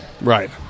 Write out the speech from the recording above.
Right